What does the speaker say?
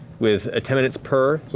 with ten minutes per.